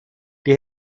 die